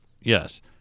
Yes